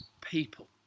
people